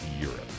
Europe